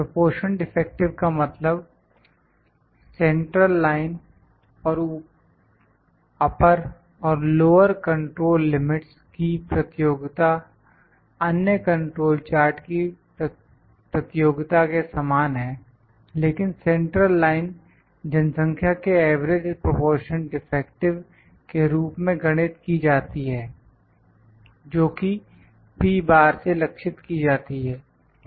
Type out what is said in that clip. proportion defective का मतलब central line और अपर और लोअर कंट्रोल लिमिट्स की प्रतियोगिता अन्य कंट्रोल चार्ट की प्रतियोगिता के समान है लेकिन सेंट्रल लाइन जनसंख्या के एवरेज प्रोपोर्शन डिफेक्टिव के रूप में गणित की जाती है जोकि से लक्षित की जाती है